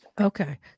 Okay